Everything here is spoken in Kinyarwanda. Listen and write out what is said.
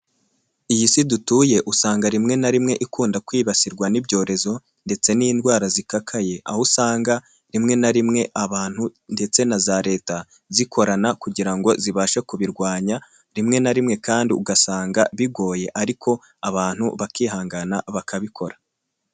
Iyi si dutuye usanga rimwe na rimwe ikunda kwibasirwa n'ibyorezo ndetse n'indwara zikakaye, aho usanga rimwe na rimwe abantu ndetse na za leta zikorana kugira ngo zibashe kubirwanya, rimwe na rimwe kandi ugasanga bigoye ariko abantu bakihangana bakabikora.